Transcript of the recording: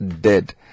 dead